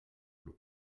clos